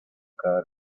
cada